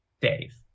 dave